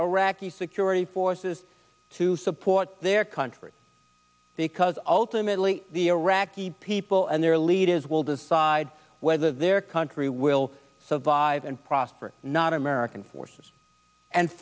iraqi security forces to support their country because ultimately the iraqi people and their leaders will decide whether their country will survive and prosper not american forces and